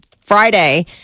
Friday